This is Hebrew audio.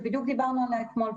שבדיוק דיברנו עליה אתמול,